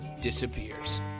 disappears